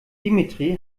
dimitri